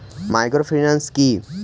Microfinance কি?